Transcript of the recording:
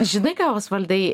žinai ką osvaldai